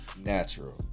Natural